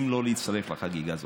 אם לא להצטרף לחגיגה הזאת.